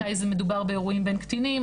מתי מדובר באירועים בין קטינים,